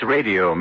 Radio